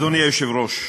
אדוני היושב-ראש,